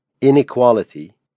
inequality